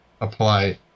apply